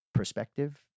Perspective